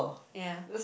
ya